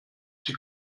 sie